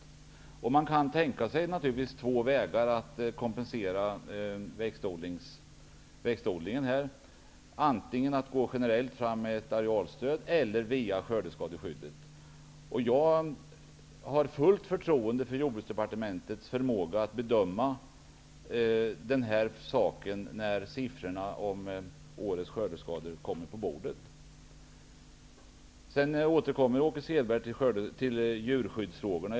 Naturligtvis är två vägar tänkbara när det gäller kompensationen till växtodlingen: antingen genom ett generellt arealstöd eller via skördeskadeskyddet. Jag har fullt förtroende för Jordbruksdepartementets förmåga att bedöma den saken när siffrorna beträffande årets skördeskador ligger på bordet. Åke Selberg återkommer till djurskyddsfrågorna.